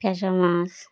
ফ্যাশা মাছ